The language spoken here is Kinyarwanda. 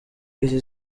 iri